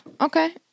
Okay